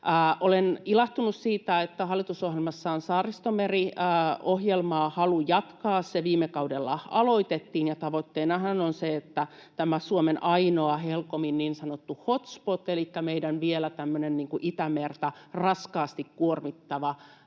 Olen ilahtunut siitä, että hallitusohjelmassa on halu jatkaa Saaristomeri-ohjelmaa. Se viime kaudella aloitettiin, ja tavoitteenahan on se, että tämä Suomen ainoa HELCOMin niin sanottu hotspot, elikkä meidän tämmöinen Itämerta vielä raskaasti kuormittava